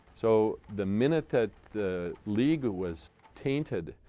so the minute that the league was tainted,